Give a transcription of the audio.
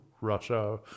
Russia